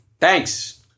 Thanks